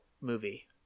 Movie